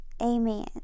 Amen